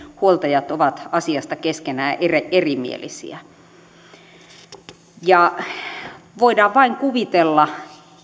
huoltajat ovat asiasta keskenään erimielisiä voidaan vain kuvitella